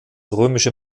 römische